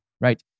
Right